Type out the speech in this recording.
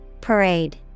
Parade